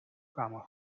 kwamen